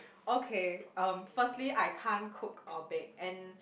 okay um firstly I can't cook or bake and